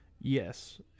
Yes